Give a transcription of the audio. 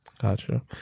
Gotcha